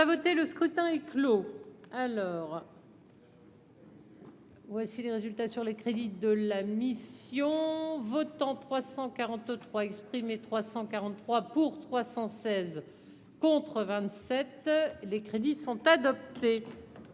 a voté, le scrutin est clos à l'heure. Voici les résultats sur les crédits de la mission votants 343 exprimés 343 pour 316 contre 27 les crédits sont. C'est.